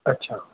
اچھا